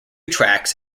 tracks